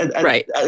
Right